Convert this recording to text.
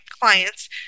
clients